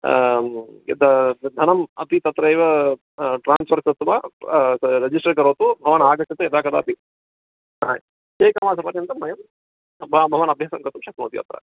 यत् धनम् अपि तत्रैव ट्रान्स्फर् कृत्वा रेजिस्टर् करोतु भवान् आगच्छतु यदा कदापि एकमासपर्यन्तं वयं भवान् अभ्यासं कर्तुं शक्नोति अत्र